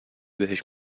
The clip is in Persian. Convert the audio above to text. بهش